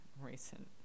recent